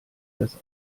das